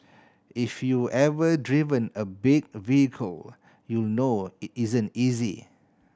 if you ever driven a big vehicle you know it isn't easy